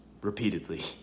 repeatedly